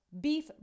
beef